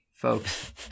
Folks